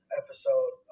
episode